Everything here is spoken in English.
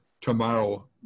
tomorrow